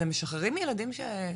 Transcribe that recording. אתם משחררים ילדים שתפסתם?